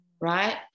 right